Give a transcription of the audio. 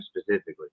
specifically